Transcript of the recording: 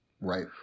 Right